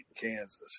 Kansas